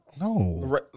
no